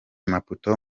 maputo